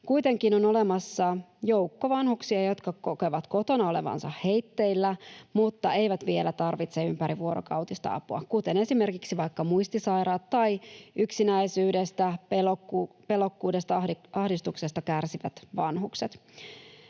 Kuitenkin on olemassa joukko vanhuksia, jotka kokevat kotona olevansa heitteillä, mutta eivät vielä tarvitse ympärivuorokautista apua — kuten esimerkiksi vaikka muistisairaat tai yksinäisyydestä, pelokkuudesta, ahdistuksesta kärsivät vanhukset.